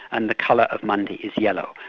and the colour of monday is yellow.